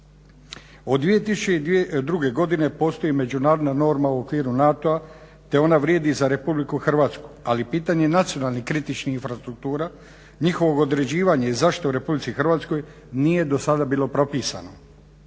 Od 2002. godine postoji međunarodna norma u okviru NATO-a te ona vrijedi za Republiku Hrvatsku, ali pitanje nacionalnih kritičnih infrastruktura, njihovo određivanje, zašto u Republici Hrvatskoj nije do sada bilo propisano.